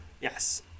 Yes